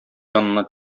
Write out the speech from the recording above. янына